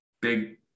big